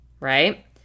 Right